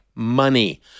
Money